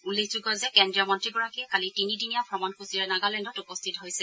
উল্লেখযোগ্য যে কেন্দ্ৰীয় মন্ত্ৰীগৰাকীয়ে কালি তিনিদিনীয়া ভ্ৰমণসূচীৰে নাগালেণ্ডত উপস্থিত হয়